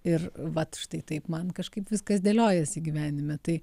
ir vat štai taip man kažkaip viskas dėliojasi gyvenime tai